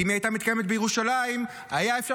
כי אם היא הייתה מתקיימת בירושלים היה אפשר